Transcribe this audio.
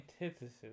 antithesis